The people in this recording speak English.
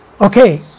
okay